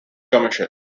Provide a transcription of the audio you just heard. commission